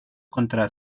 contra